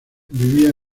vivía